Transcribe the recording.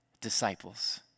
disciples